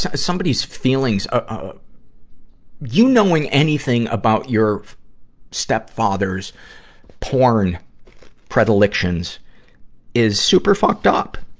so somebody's feelings. ah you knowing anything about your step-father's porn predilections is super fucked-up,